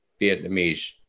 Vietnamese